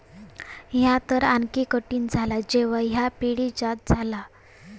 ह्या तर आणखी कठीण झाला जेव्हा ह्या पिढीजात झाला